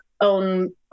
own